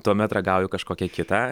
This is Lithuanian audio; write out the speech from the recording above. tuomet ragauju kažkokią kitą